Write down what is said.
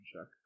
check